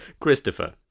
Christopher